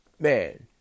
Man